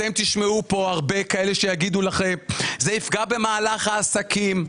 אתם תשמעו כאן הרבה כאלה שיגידו לכם שזה יפגע במהלך העסקים,